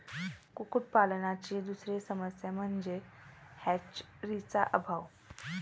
कुक्कुटपालनाची दुसरी समस्या म्हणजे हॅचरीचा अभाव